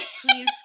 Please